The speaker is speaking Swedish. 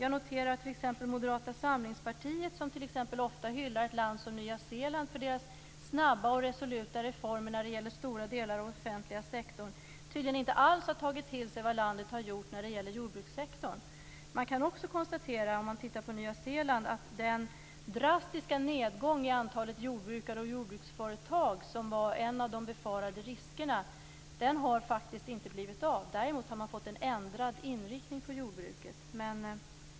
Jag noterar, t.ex., att Moderata samlingspartiet ofta hyllar Nya Zeeland för att införa snabba och resoluta reformer för stora delar av den offentliga sektorn. Men Moderaterna har inte alls tagit till sig vad landet har gjort för jordbrukssektorn. Den drastiska nedgången i antalet jordbrukare och jordbruksföretag på Nya Zeeland, och som var en av de befarade riskerna, har inte blivit av. Däremot har det blivit en ändrad inriktning på jordbruket.